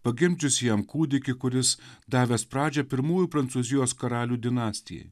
pagimdžiusi jam kūdikį kuris davęs pradžią pirmųjų prancūzijos karalių dinastijai